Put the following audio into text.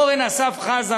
אורן אסף חזן,